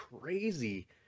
crazy